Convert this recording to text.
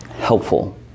helpful